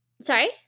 Sorry